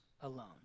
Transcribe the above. alone